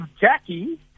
Jackie